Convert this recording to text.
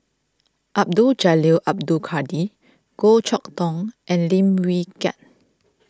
Abdul Jalil Abdul Kadir Goh Chok Tong and Lim Wee Kiak